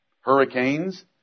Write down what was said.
Hurricanes